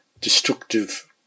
destructive